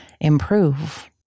improve